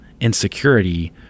insecurity